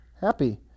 happy